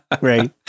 Right